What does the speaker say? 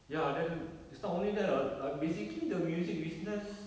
ya then it's not only that lah uh basically the music business